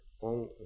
on